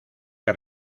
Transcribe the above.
que